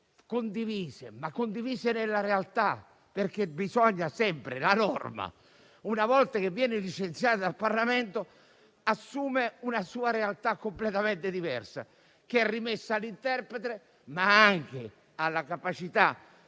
condivise, ma nella realtà. Infatti, la norma, una volta licenziata dal Parlamento, assume una sua realtà completamente diversa, che è rimessa all'interprete, ma anche alla capacità